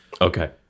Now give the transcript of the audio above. Okay